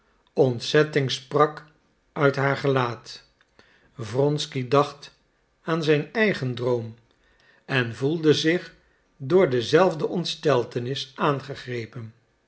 ontzetting sprak uit haar gelaat wronsky dacht aan zijn eigen droom en voelde zich door dezelfde ontsteltenis aangegrepen